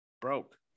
broke